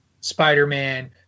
Spider-Man